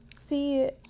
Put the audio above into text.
See